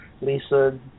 Lisa